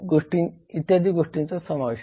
गोष्टींचा समावेश आहे